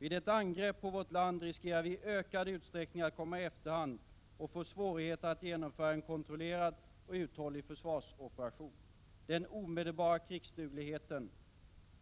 Vid ett angrepp på vårt land riskerar vi i ökad utsträckning att komma i efterhand och få svårighet att genomföra en kontrollerad och uthållig försvarsoperation. Den omedelbara krigsdugligheten